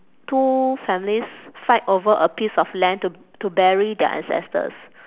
two families fight over a piece of land to to bury their ancestors